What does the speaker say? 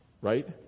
Right